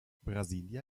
brasília